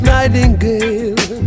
Nightingale